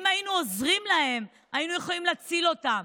אם היינו עוזרים להם, היינו יכולים להציל אותם.